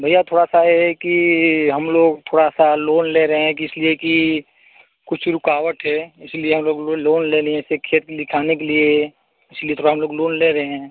भैया थोड़ा सा ये है कि हम लोग थोड़ा सा लोन ले रहें हैं किस लिए कि कुछ रुकावट है इस लिए हम लोग लोन लेनी है ऐसे खेत के लिखाने के लिए इस लिए थोड़ा हम लोग लोन ले रहें हैं